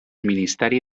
ministeri